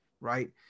right